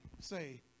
Say